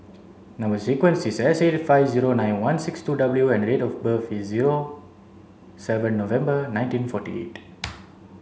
number sequence is S eight five zero nine one six two W and date of birth is seven November nineteen forty eight